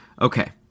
Okay